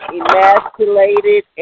emasculated